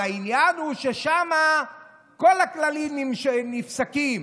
העניין הוא ששם כל הכללים נפסקים.